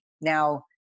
Now